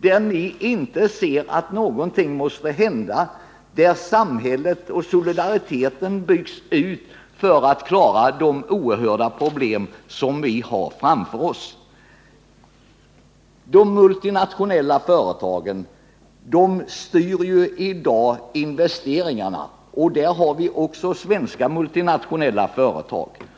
Ni ser inte att någonting måste hända, så att samhället byggs ut och solidariteten stärks för att klara de oerhörda problem som vi har framför oss. De multinationella företagen styr ju i i dag investeringarna, och vi har också svenska multinationella företag.